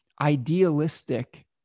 idealistic